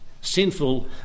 sinful